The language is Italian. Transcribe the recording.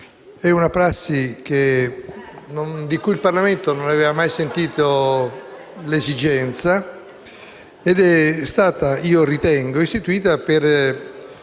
È una prassi di cui il Parlamento non aveva mai sentito l'esigenza ed è stata - io ritengo - istituita per